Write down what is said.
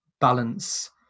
balance